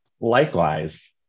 Likewise